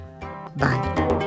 Bye